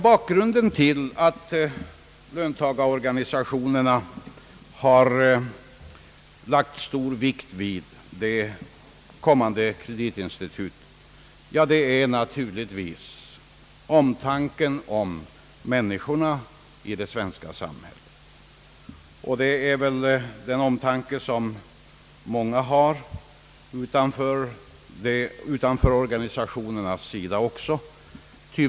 Bakgrunden till att löntagarorganisationerna har fäst stor vikt vid det kommande kreditinstitutet är naturligtvis omtanken om människorna i det svenska samhället, en omtanke som många även utanför organisationerna hyser.